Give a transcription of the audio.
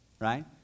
right